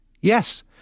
yes